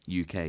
UK